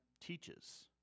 teaches